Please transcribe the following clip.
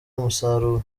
umusaruro